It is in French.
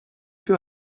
peu